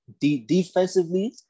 defensively